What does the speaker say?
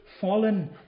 fallen